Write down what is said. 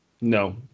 No